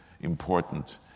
important